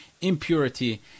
impurity